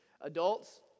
adults